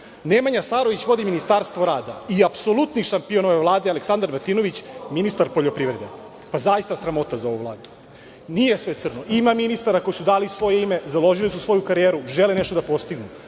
Nemanja Starović vodi Ministarstvo rada. Apsolutni šampion ove Vlade je Aleksandar Martinović – ministar poljoprivrede. Pa zaista sramota za ovu Vladu. Nije sve crno. Ima ministara koji su dali svoje ime, založili su svoju karijeru, žele nešto da postignu.